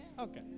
Okay